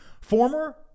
Former